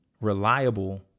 reliable